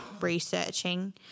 researching